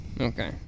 Okay